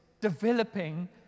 developing